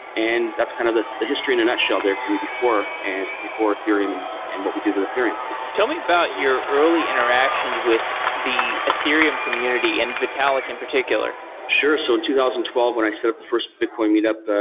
that's kind of the the history in a nutshell there for me before and before ethereum and and what we did with ethereum tell me about your early interactions with the ethereum community and vitalik in particular sure. so in two thousand and twelve when i set up the first bitcoin meetup,